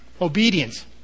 Obedience